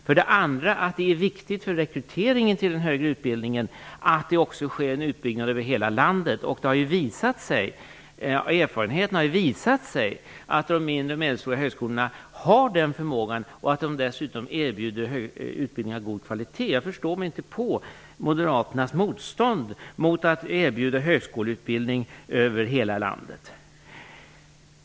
För det andra är det viktigt för rekryteringen till den högre utbildningen att det sker en utbyggnad över hela landet. Erfarenheterna har ju visat att de mindre och medelstora högskolorna har den förmågan och att de dessutom erbjuder utbildning av god kvalitet. Jag förstår mig inte på Moderaternas motstånd mot att erbjuda högskoleutbildning över hela landet.